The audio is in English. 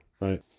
right